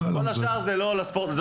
כל השאר זה לא לספורט.